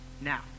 Now